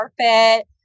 carpet